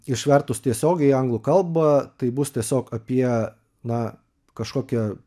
išvertus tiesiogiai į anglų kalbą tai bus tiesiog apie na kažkokią